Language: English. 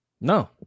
No